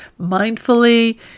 mindfully